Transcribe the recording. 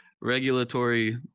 regulatory